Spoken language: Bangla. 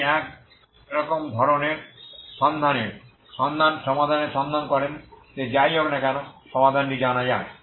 আপনি এরকম সমাধানের সন্ধান করেন যে যাই হোক না কেন সমাধানটি জানা যায়